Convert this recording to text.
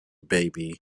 baby